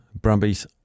Brumbies